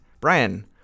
Brian